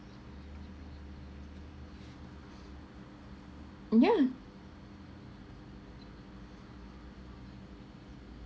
yeah